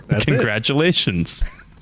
congratulations